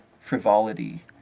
frivolity